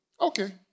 Okay